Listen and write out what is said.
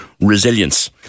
resilience